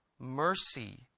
Mercy